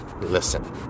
Listen